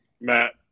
Matt